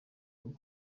akora